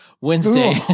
Wednesday